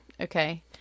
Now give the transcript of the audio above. okay